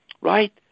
Right